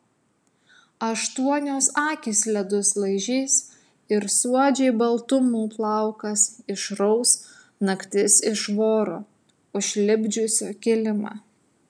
aštuonios akys ledus laižys ir suodžiai baltumų plaukas išraus naktis iš voro užlipdžiusio kilimą